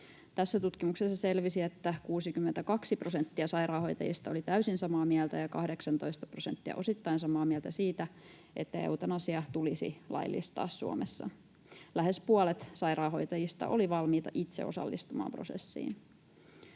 Tässä tutkimuksessa selvisi, että 62 prosenttia sairaanhoitajista oli täysin samaa mieltä ja 18 prosenttia osittain samaa mieltä siitä, että eutanasia tulisi laillistaa Suomessa. Lähes puolet sairaanhoitajista oli valmiita itse osallistumaan prosessiin.